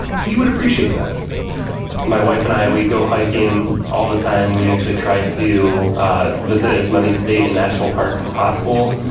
he would appreciate that my wife and i, we go hiking all the time. we actually try to visit as many state and national parks as possible.